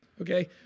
Okay